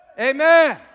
Amen